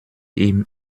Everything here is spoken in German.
ihm